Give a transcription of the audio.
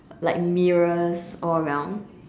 like mirrors all around